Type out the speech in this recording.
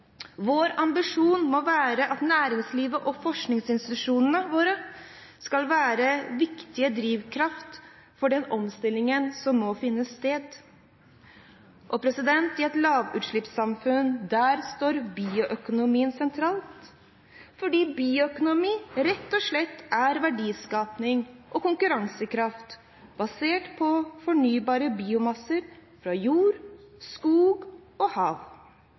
Vår ambisjon må være at næringslivet og forskningsinstitusjonene våre skal være viktige drivkrefter for den omstillingen som må finne sted. I et lavutslippssamfunn står bioøkonomien sentralt, fordi bioøkonomi rett og slett er verdiskaping og konkurransekraft basert på fornybare biomasser fra jord, skog og hav.